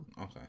Okay